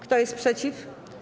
Kto jest przeciw?